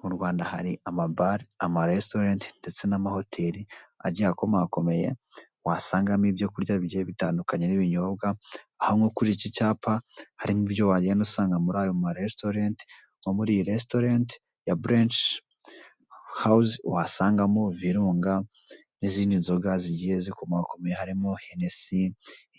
Mu Rwanda hari amabare, amaresitorenti ndetse n'amahoteri agiye akomakomeye wasangamo ibyo kurya bigiye bitandukanye n'ibinyobwa, aho nko kuri iki cyapa harimo ibyo wagenda usanga muri ayo maresitorenti. Nko muri iyi resitorenti ya burenshi hawuzi, wasangamo Virunga n'izindi nzoga zigiye zikomakomeye harimo Henesi,